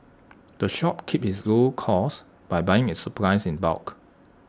the shop keeps its low costs by buying its supplies in bulk